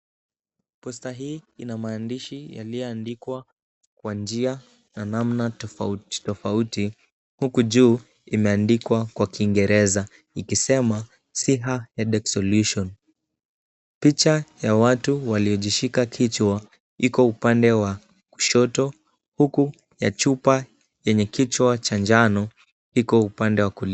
Poster hii ina maandishi yaliyoandikwa kwa njia na namna tofauti tofauti huku juu imeandikwa kwa kingereza ikisema Siha Headache Solution . Picha ya watu waliojishika kichwa iko upande wa kushoto huku ya chupa yenye kichwa cha njano iko upande wa kulia.